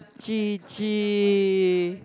G G